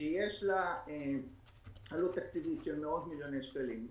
שיש לה עלות תקציבית של מאות מיליונים שקלים.